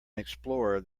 explorer